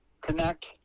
connect